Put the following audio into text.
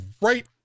right